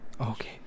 Okay